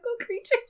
creatures